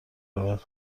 رود